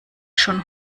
schon